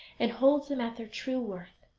and holds them at their true worth.